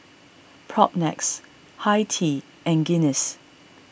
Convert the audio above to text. Propnex Hi Tea and Guinness